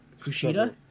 Kushida